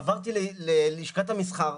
עברתי ללשכת המסחר,